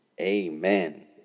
Amen